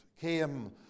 came